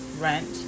rent